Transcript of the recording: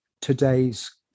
today's